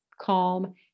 calm